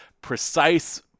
precise